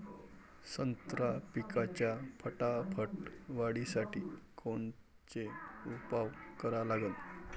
संत्रा पिकाच्या फटाफट वाढीसाठी कोनचे उपाव करा लागन?